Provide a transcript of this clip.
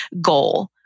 goal